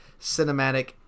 cinematic